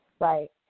right